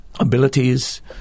Abilities